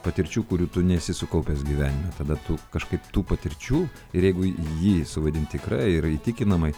patirčių kurių tu nesi sukaupęs gyvenime tada tu kažkaip tų patirčių ir jeigu jį suvaidint tikrai yra įtikinamai